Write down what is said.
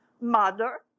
Mother